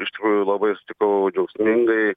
iš tikrųjų labai sutikau džiaugsmingai